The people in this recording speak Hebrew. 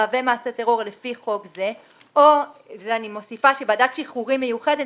המהווה מעשה טרור לפי חוק זה או שוועדת שחרורים מיוחדת